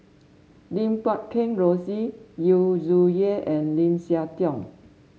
Lim Guat Kheng Rosie Yu Zhuye and Lim Siah Tong